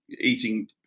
eating